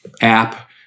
app